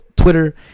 Twitter